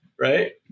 right